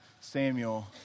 Samuel